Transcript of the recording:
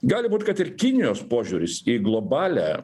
gali būt kad ir kinijos požiūris į globalią